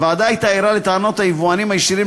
הוועדה הייתה ערה לטענות היבואנים הישירים